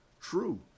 true